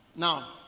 Now